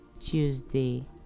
Tuesday